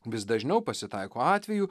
vis dažniau pasitaiko atvejų